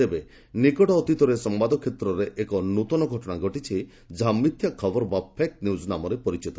ତେବେ ନିକଟ ଅତୀତରେ ସମ୍ଭାଦକ୍ଷେତ୍ରରେ ଏକ ନୃଆ ଘଟଣା ଘଟିଛି ଯାହା ମିଥ୍ୟା ଖବର୍ ବା ଫେକ୍ ନ୍ୟୁଜ୍ ନାମରେ ପରିଚିତ